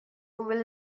will